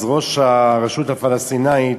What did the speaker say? ראש הרשות הפלסטינית